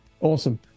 awesome